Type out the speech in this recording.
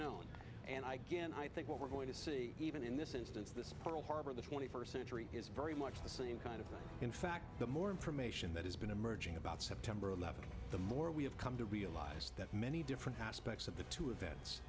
known and i gan i think what we're going to see even in this instance this pearl harbor the twenty first century is very much the same kind of thing in fact the more information that has been emerging about september eleventh the more we have come to realize that many different aspects of the two event